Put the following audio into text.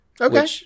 Okay